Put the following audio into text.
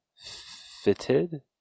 Fitted